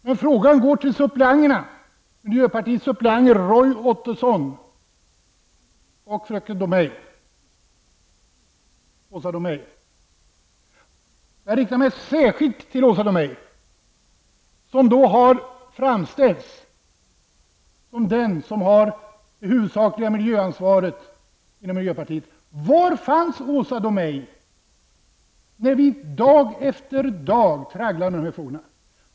Men frågan går till miljöpartiets suppleanter Roy Ottosson och fröken Åsa Domeij. Jag riktar mig särskilt till Åsa Domeij. Det är ju ändå hon som har framställts som den som har det huvudsakliga miljöansvaret inom miljöpartiet. Var fanns Åsa Domeij när vi dag efter dag tragglade med dessa motioner?